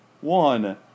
One